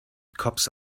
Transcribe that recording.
cops